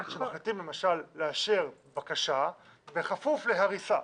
שמחליטים לאשר בקשה בכפוף להריסה.